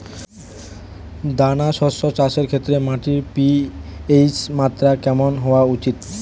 দানা শস্য চাষের ক্ষেত্রে মাটির পি.এইচ মাত্রা কেমন হওয়া উচিৎ?